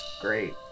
Great